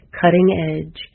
cutting-edge